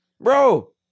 Bro